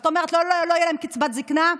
זאת אומרת שלא תהיה להן קצבת זקנה,